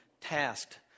TASKED